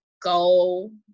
go